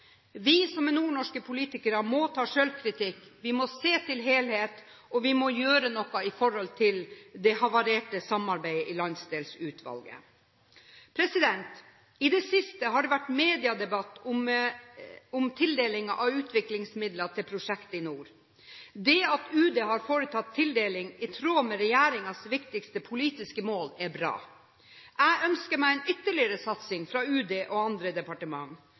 Vi som er nordnorske politikere, må ta selvkritikk, vi må tenke helhetlig, og vi må gjøre noe i forhold til det havarerte samarbeidet i Landsdelsutvalget. I det siste har det vært mediedebatt om tildelingen av utviklingsmidler til prosjekter i nord. Det at Utenriksdepartementet har foretatt tildeling i tråd med regjeringens viktigste politiske mål, er bra. Jeg ønsker ytterligere satsing fra Utenriksdepartementet og andre